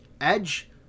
Edge